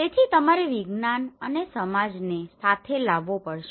તેથી તમારે વિજ્ઞાન અને સમાજને સાથે લાવવો પડશે